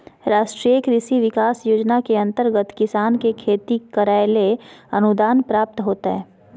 राष्ट्रीय कृषि विकास योजना के अंतर्गत किसान के खेती करैले अनुदान प्राप्त होतय